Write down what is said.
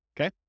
okay